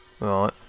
Right